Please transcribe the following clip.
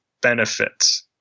benefits